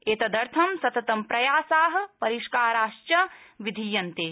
एतदर्थं सततं प्रयासा परिष्काराश्च विधीयन्ते